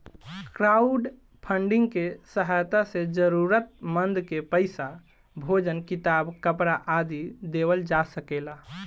crowdfunding के सहायता से जरूरतमंद के पईसा, भोजन किताब, कपरा आदि देवल जा सकेला